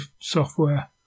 software